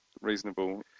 reasonable